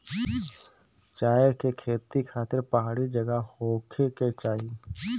चाय के खेती खातिर पहाड़ी जगह होखे के चाही